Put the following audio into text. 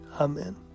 Amen